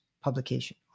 publication